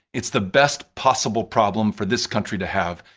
it's the best possible problem for this country to have.